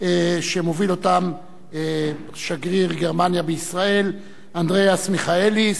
שמוביל אותם שגריר גרמניה בישראל אנדריאס מיכאליס,